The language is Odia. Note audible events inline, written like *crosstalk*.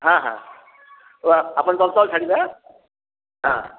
ହଁ ହଁ ଆପଣ *unintelligible* ଛାଡ଼ିବେ ହଁ